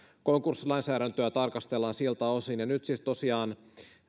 konkurssilainsäädäntöä tarkastellaan siltä osin nyt siis tosiaan